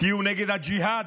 תהיו נגד הג'יהאד,